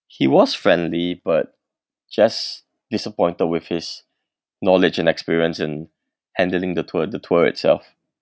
he was friendly but just disappointed with his knowledge and experience in handling the tour the tour itself